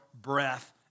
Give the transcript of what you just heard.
breath